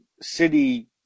City